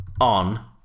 on